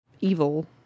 Evil